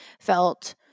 felt